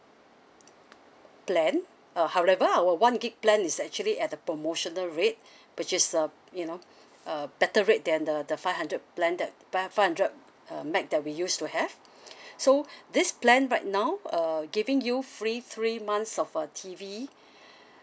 plan uh however our one gb plan is actually at the promotional rate which is uh you know a better rate than the the five hundred plan that five five hundred uh mbps that we used to have so this plan right now uh giving you free three months of a T_V